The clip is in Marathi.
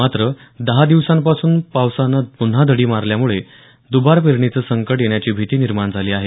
मात्र दहा दिवसांपासून पावसानं पुन्हा दडी मारल्यामुळे दुबार पेरणीचं संकट येण्याची भीती निर्माण झाली आहे